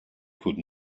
could